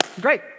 great